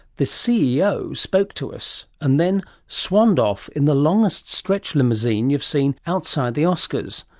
the ceo spoke to us and then swanned off in the longest stretch limousine you've seen outside the oscars.